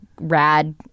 rad